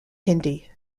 hindi